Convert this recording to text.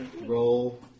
roll